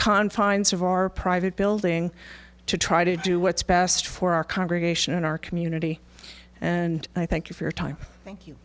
confines of our private building to try to do what's best for our congregation and our community and i thank you for your time thank you